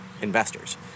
investors